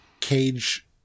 Cage